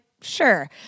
sure